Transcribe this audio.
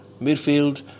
Midfield